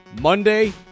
Monday